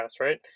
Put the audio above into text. right